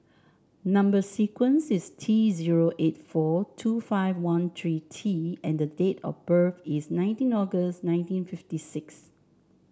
number sequence is T zero eight four two five one three T and date of birth is nineteen August nineteen fifty six